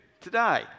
today